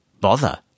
bother